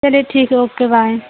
चलिए ठीक है ओके बाय